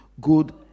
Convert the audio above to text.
good